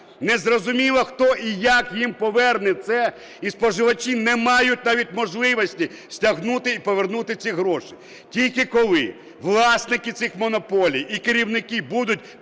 незрозуміло, хто і як їм поверне це, і споживачі не мають навіть можливості стягнути і повернути ці гроші. Тільки тоді, коли власники цих монополій і керівники будуть